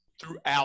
throughout